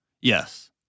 Yes